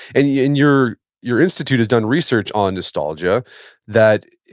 and yeah and your your institute has done research on nostalgia that,